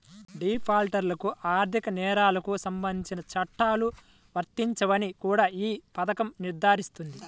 డిఫాల్టర్లకు ఆర్థిక నేరాలకు సంబంధించిన చట్టాలు వర్తించవని కూడా ఈ పథకం నిర్ధారిస్తుంది